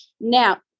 now